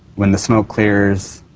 when the smoke clears,